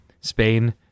Spain